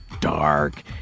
dark